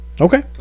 Okay